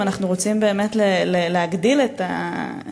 אם אנחנו רוצים באמת להגדיל את הפרקטיקה